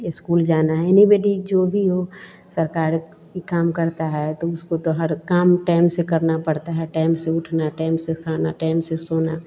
school जाना है anybody जो भी हो सरकारी काम करता है तो उसको तो हर काम टैम से करना पड़ता है टैम से उठना टैम से खाना टैम से सोना